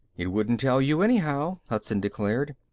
it wouldn't tell you, anyhow, hudson declared.